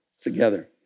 together